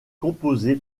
composé